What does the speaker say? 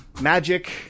magic